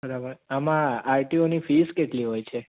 બરાબર આમાં આરટીઓની ફીસ કેટલી હોય છે